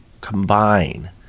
combine